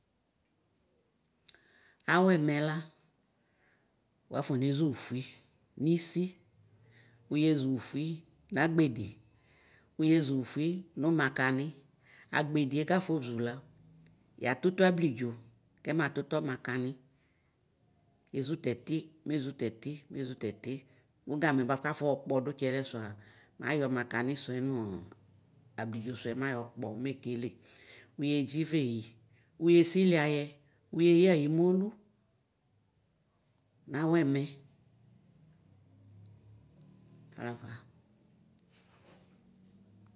Aw ɛmɛ la wafɔ nezʋ fʋfʋi nisi wʋyezʋ fʋfʋi nagbedɩ wʋyezʋ fʋfɩ nʋ makanɩ agbedɩe kafɔ zʋla yatʋtɔ ablidzo kɛma tʋtɔ makanɩ ezʋtɛti mezʋ tɛti mezʋ tɛti mʋ gamɛ bʋakʋ afɔ ɔkpɔdʋ tsɛlɛsʋa mayɔ makanɩ sʋɛ nʋ ablidzo sʋɛ mayɔ kpɔ nekele. Wʋyedzɩ veyi wʋye sili ayɛ wʋyeya ayɩmɔlʋ nawʋ ɛmɛ talafa.